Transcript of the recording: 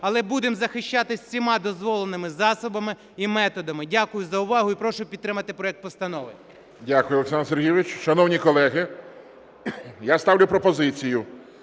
але будемо захищатися всіма дозволеними засобами і методами. Дякую за увагу і прошу підтримати проект постанови. ГОЛОВУЮЧИЙ. Дякую, Олександр Сергійович. Шановні колеги, я ставлю пропозицію,